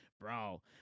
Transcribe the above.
bro